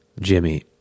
Jimmy